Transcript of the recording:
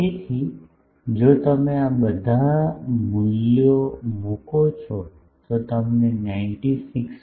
તેથી જો તમે આ બધા મૂલ્યો મૂકો છો તો તમને 96